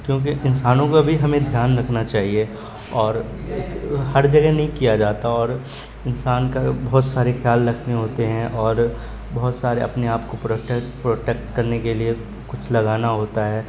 کیونکہ انسانوں کا بھی ہمیں دھیان رکھنا چاہیے اور ہر جگہ نہیں کیا جاتا اور انسان کا بہت سارے خیال رکھنے ہوتے ہیں اور بہت سارے اپنے آپ کو پروٹک پروٹیکٹ کرنے کے لیے کچھ لگانا ہوتا ہے